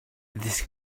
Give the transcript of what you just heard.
this